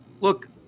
look